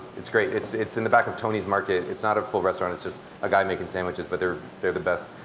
it's great, it's it's in the back of tony's market. it's not a full restaurant, it's just a guy making sandwiches, but they're they're the best.